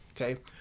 Okay